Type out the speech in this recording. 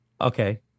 Okay